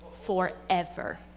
forever